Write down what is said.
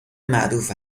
معروف